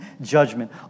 judgment